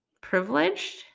privileged